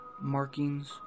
Markings